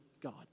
God